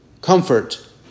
comfort